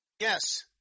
Yes